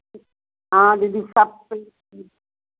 हाँ दीदी सब